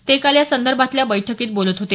ते काल या संदर्भातल्या बैठकीत बोलत होते